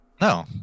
No